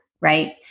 right